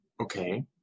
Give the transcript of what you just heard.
Okay